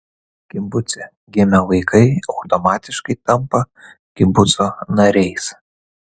kibuce gimę vaikai automatiškai tampa kibuco nariais